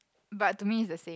but to me is the same